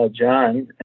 John